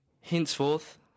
Henceforth